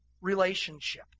relationship